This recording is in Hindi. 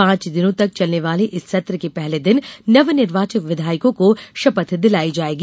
पांच दिनों तक चलने वाले इस सत्र के पहले दिन नव निर्वाचित विधायकों को शपथ दिलाई जायेगी